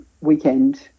weekend